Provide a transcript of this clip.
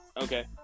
okay